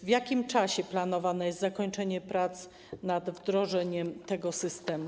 W jakim czasie planowane jest zakończenie prac nad wdrożeniem tego systemu?